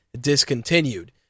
discontinued